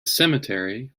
cemetery